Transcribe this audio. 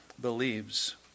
believes